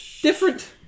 different